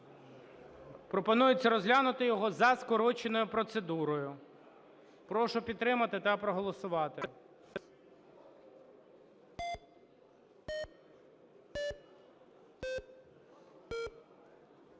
Пропонується розглянути його за скороченою процедурою. Прошу підтримати та проголосувати.